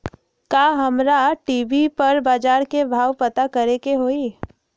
का हमरा टी.वी पर बजार के भाव पता करे के होई?